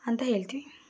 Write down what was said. ಅಂತ ಹೇಳ್ತೀನಿ